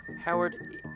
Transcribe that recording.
Howard